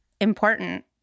important